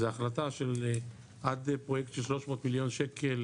זו החלטה של עד פרויקט של 300 מיליון שקל